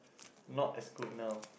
not as good now